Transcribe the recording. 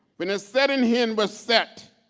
when a setting hen was set,